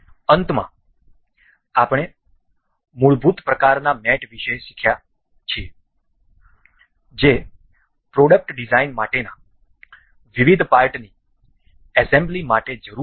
અંતમાં આપણે મૂળભૂત મૂળભૂત પ્રકારના મેટ વિશે શીખ્યા છે જે પ્રોડક્ટ ડિઝાઇન માટેના વિવિધ પાર્ટની એસેમ્બલી માટે જરૂરી છે